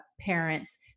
parents